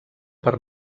per